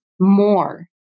more